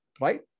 right